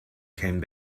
came